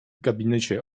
gabinecie